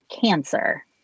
cancer